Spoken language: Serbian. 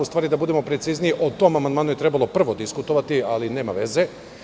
U stvari, da budemo precizniji, o tom amandmanu je trebalo prvo diskutovati, ali nema veze.